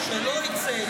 שלא יצא,